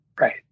Right